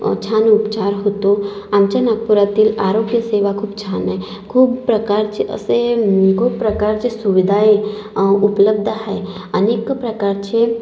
छान उपचार होतो आमच्या नागपुरातील आरोग्यसेवा खूप छान आहे खूप प्रकारचे असे खूप प्रकारचे सुविधाए उपलब्ध आहे अनेक प्रकारचे